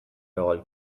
all